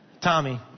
Tommy